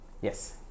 yes